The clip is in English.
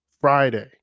Friday